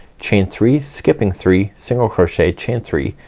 chain three, skipping three, single crochet, chain three,